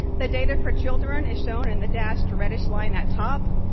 the data for children is shown in the dashed reddish line at top,